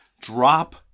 drop